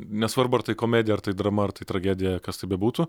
nesvarbu ar tai komedija ar drama ar tai tragedija kas tai bebūtų